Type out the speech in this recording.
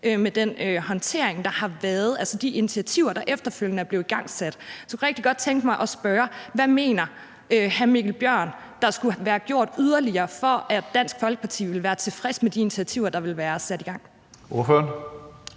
med den håndtering, der har været, altså de initiativer, der efterfølgende er blevet igangsat. Så jeg kunne rigtig godt tænke mig at spørge: Hvad mener hr. Mikkel Bjørn der skulle have været gjort yderligere, for at Dansk Folkeparti ville være tilfreds med de initiativer, der er sat i gang?